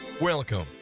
Welcome